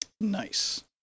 nice